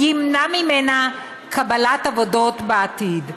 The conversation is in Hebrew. וזה ימנע ממנה קבלת עבודות בעתיד.